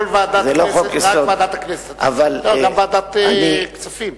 כל ועדת כנסת, רק ועדת הכנסת, לא, גם ועדת כספים.